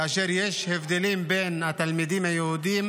כאשר יש הבדלים בין התלמידים היהודים